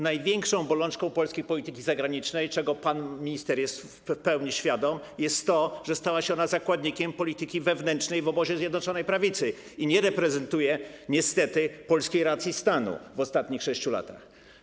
Największą bolączką polskiej polityki zagranicznej, czego pan minister jest w pełni świadom, jest to, że stała się ona zakładnikiem polityki wewnętrznej w obozie Zjednoczonej Prawicy i nie reprezentuje niestety polskiej racji stanu w ostatnich 6 latach.